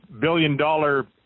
billion-dollar